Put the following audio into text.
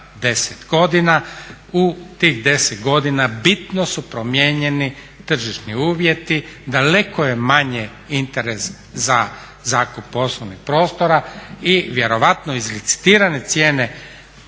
u tih 10 godina bitno su promijenjeni tržišni uvjeti, daleko je manje interes za zakup poslovnih prostora i vjerojatno izlicitirane cijene